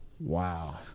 Wow